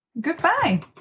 Goodbye